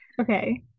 Okay